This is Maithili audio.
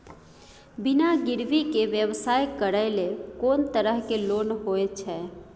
बिना गिरवी के व्यवसाय करै ले कोन तरह के लोन होए छै?